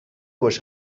باهاش